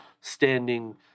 standing